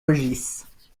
maugis